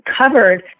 covered